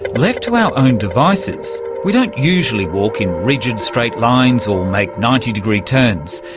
left to our own devices we don't usually walk in rigid straight lines or make ninety degree turns,